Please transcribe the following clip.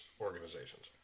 organizations